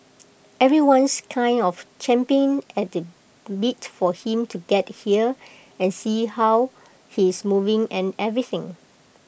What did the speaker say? everyone's kind of champing at the bit for him to get here and see how he's moving and everything